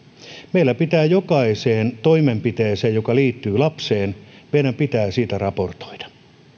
meidän pitää jokaisesta toimenpiteestä joka liittyy lapseen raportoida